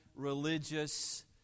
religious